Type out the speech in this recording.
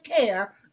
care